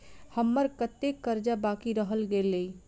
हम्मर कत्तेक कर्जा बाकी रहल गेलइ?